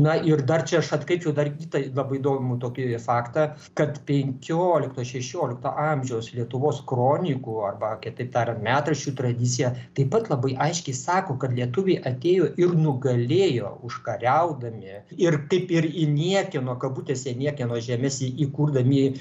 na ir dar čia aš atkreipčiau dar kitą labai įdomų tokį faktą kad penkiolikto šešiolikto amžiaus lietuvos kronikų arba kitaip tariant metraščių tradicija taip pat labai aiškiai sako kad lietuviai atėjo ir nugalėjo užkariaudami ir kaip ir į niekieno kabutėse niekieno žemes įkurdami